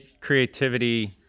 creativity